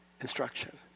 instruction